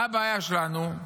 מה הבעיה שלנו?